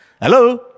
hello